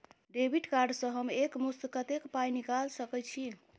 Debit card सँ हम एक मुस्त कत्तेक पाई निकाल सकय छी?